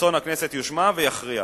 רצון הכנסת יושמע ויכריע.